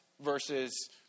versus